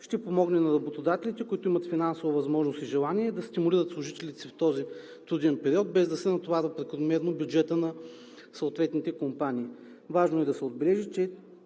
ще помогне на работодателите, които имат финансова възможност и желание, да стимулират служителите си в този труден период, без да се натоварва прекомерно бюджетът на съответните компании. Важно е да се отбележи, че